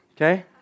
Okay